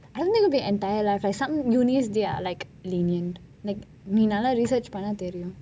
I don't think it will be entire life some unis will be lenient நீ நல்லா:ni nalla research பன்னா தெரியும்:panna theriyum